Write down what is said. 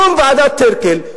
שום ועדת-טירקל,